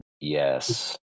Yes